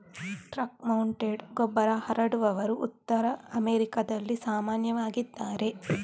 truck mounted ಗೊಬ್ಬರ ಹರಡುವವರು ಉತ್ತರ ಅಮೆರಿಕಾದಲ್ಲಿ ಸಾಮಾನ್ಯವಾಗಿದ್ದಾರೆ